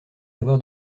avoir